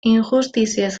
injustiziez